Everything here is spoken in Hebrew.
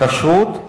כשרות?